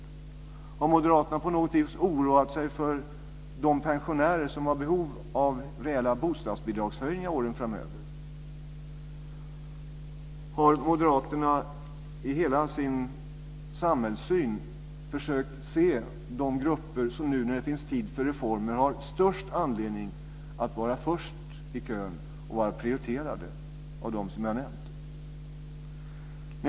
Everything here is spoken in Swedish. Har Moderaterna på något vis oroat sig för de pensionärer som har behov av reella bostadsbidragshöjningar åren framöver? Har Moderaterna i hela sin samhällssyn försökt se de grupper som nu när det finns tid för reformer har störst anledning att vara först i kön och vara prioriterade av dem som jag har nämnt?